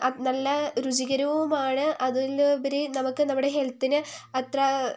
അത് നല്ല രുചികരവുമാണ് അതിലുപരി നമുക്ക് നമ്മുടെ ഹെൽത്തിന് അത്ര